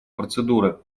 процедуры